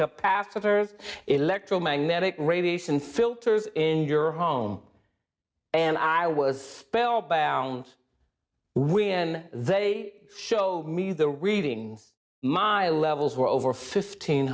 a pacifier electromagnetic radiation filters in your home and i was spellbound when they show me the readings my a levels were over fifteen